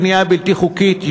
כשיש בנייה בלתי חוקית,